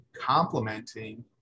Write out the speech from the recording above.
complementing